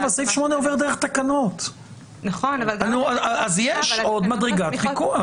סעיף 8 עובר דרך תקנות, אז יש עוד מדרגת פיקוח.